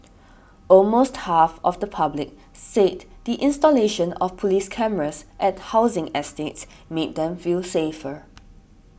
almost half of the public said the installation of police cameras at housing estates made them feel safer